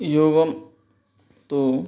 योगः तु